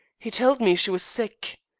he tell'd me she was sick.